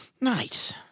Nice